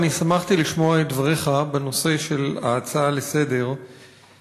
שמחתי לשמוע את דבריך בנושא של ההצעה לסדר-היום.